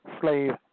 slave